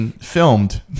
filmed